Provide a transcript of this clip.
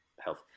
health